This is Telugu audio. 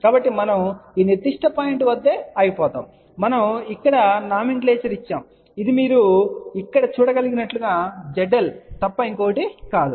కాబట్టి మనం ఈ నిర్దిష్ట పాయింట్ వద్ద ఆగిపోతాము మరియు మనం ఇక్కడ నామినిక్లేచర్ ఇచ్చాము ఇది మీరు ఇక్కడ చూడగలిగినట్లుగా zL తప్ప మరొకటి కాదు